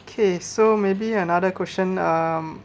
okay so maybe another question um